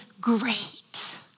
great